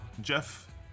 Jeff